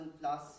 plus